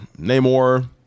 Namor